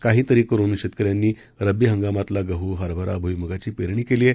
काहीतरी पर्याय करून शेतकऱ्यांनी रबी हंगामातला गहू हरभरा भूईमुगाची पेरणी केली आहे